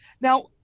Now